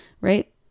right